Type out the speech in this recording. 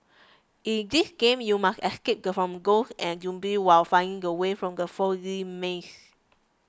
in this game you must escape from ghosts and zombies while finding the way out from the foggy maze